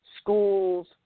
schools